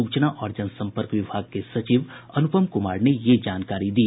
सूचना और जनसम्पर्क विभाग के सचिव अनुपम कुमार ने यह जानकारी दी